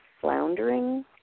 floundering